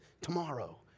tomorrow